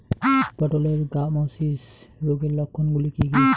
পটলের গ্যামোসিস রোগের লক্ষণগুলি কী কী?